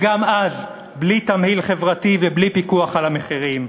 וגם אז בלי תמהיל חברתי ובלי פיקוח על המחירים.